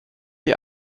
die